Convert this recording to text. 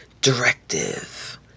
directive